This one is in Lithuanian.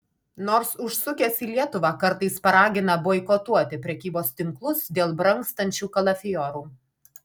nors užsukęs į lietuvą kartais paragina boikotuoti prekybos tinklus dėl brangstančių kalafiorų